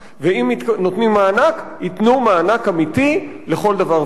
אם נותנים מענק, ייתנו מענק אמיתי לכל דבר ועניין.